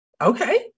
okay